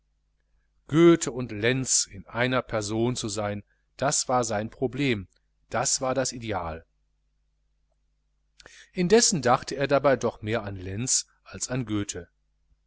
goethe und lenz in einer person zu sein das war das problem das war das ideal indessen dachte er dabei doch mehr an lenz als an goethe